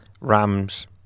Rams